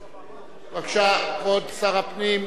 בבקשה, כבוד שר הפנים,